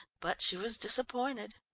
but she was disappointed.